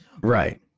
right